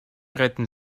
retten